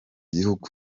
gihugu